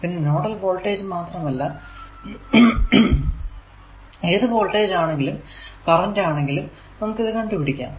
പിന്നെ nodal voltage മാത്രമല്ല ഏതു വോൾടേജ് ആണെങ്കിലും കറന്റ് ആണെങ്കിലും നമുക്ക് കണ്ടുപിടിക്കാം